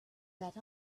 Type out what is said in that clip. that